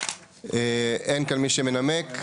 אין כאן מי שמנמק.